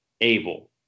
able